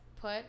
put